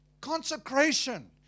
consecration